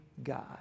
God